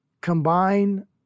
Combine